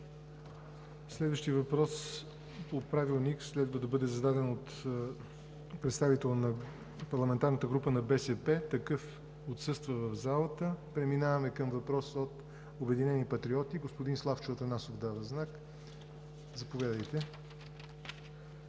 Следващият въпрос по Правилник следва да бъде зададен от представител на Парламентарната група на БСП – такъв отсъства от залата. Преминаваме към въпрос от „Обединени патриоти“. Господин Славчо Атанасов дава знак. Заповядайте.